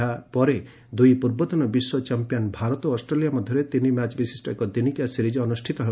ଏହାପରେ ଦୁଇ ପୂର୍ବତନ ବିଶ୍ୱ ଚାମ୍ପିୟନ୍ ଭାରତ ଓ ଅଷ୍ଟ୍ରେଲିଆ ମଧ୍ୟରେ ତିନି ମ୍ୟାଚ୍ ବିଶିଷ୍ଟ ଏକ ଦିନିକିଆ ସିରିଜ୍ ଅନୁଷ୍ଠିତ ହେବ